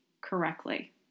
correctly